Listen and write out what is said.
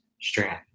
strand